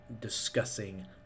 discussing